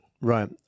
Right